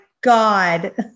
God